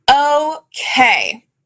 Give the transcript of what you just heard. Okay